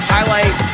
Highlight